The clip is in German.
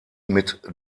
mit